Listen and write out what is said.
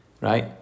right